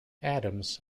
adams